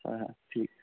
हां हां ठीक